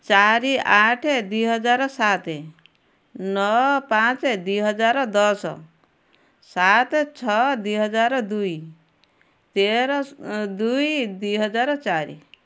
ଚାରି ଆଠ ଦୁଇ ହଜାର ସାତ ନଅ ପାଞ୍ଚ ଦୁଇ ହଜାର ଦଶ ସାତ ଛଅ ଦୁଇ ହଜାର ଦୁଇ ତେର ଦୁଇ ଦୁଇ ହଜାର ଚାରି